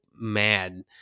mad